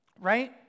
right